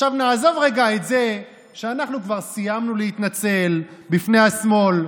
עכשיו נעזוב רגע את זה שאנחנו כבר סיימנו להתנצל בפני השמאל,